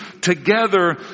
together